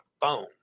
phone